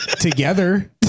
together